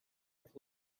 with